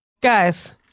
Guys